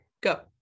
Go